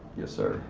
yes sir.